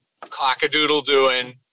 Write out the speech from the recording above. cock-a-doodle-doing